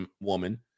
woman